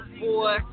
boy